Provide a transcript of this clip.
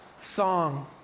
song